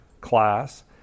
class